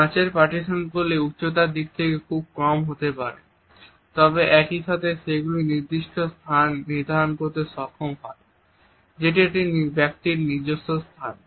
কাঁচের পার্টিশনগুলি উচ্চতার দিক থেকে খুব কম হতে পারে তবে একই সাথে সেগুলি একটি নির্দিষ্ট স্থান নির্ধারণ করতে সক্ষম হয় যেটি একটি ব্যক্তির নিজস্ব স্থান